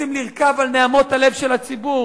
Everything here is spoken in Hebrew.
רוצים לרכוב על נהמות הלב של הציבור,